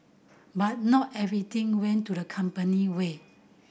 but not everything went to the company way